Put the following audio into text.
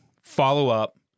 follow-up